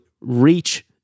reach